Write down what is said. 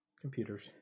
Computers